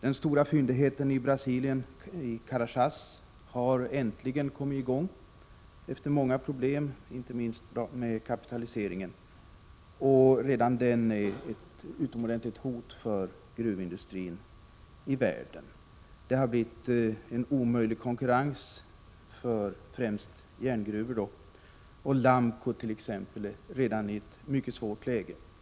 Den stora fyndigheten i Carajås i Brasilien har äntligen kommit i gång efter många problem, inte minst med finansieringen, och även den är ett utomordentligt hot mot gruvindustrin i världen. Det har blivit en omöjlig konkurrens för främst järngruvor. Lamco är redan i ett mycket svårt läge.